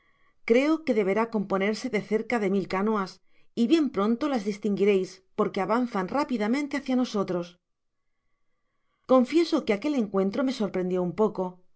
creo que deberá componerse de cerca de mil canoas y bien pronto las distinguireis porque avanzan rápidamente hácia nosotros content from google book search generated at confieso que aquel encuentro me sorprendió un poco así